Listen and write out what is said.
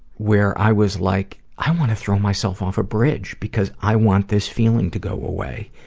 where i was like, i want to throw myself off a bridge, because i want this feeling to go away.